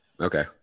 Okay